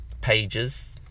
pages